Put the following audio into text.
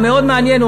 מאוד מעניין,